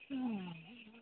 മ്മ്